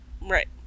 Right